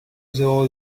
zéro